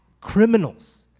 criminals